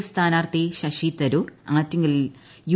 എഫ്ല് സ്ഥാനാർത്ഥി ശശി തരൂർ ആറ്റിങ്ങൽ യു